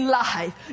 life